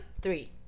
Three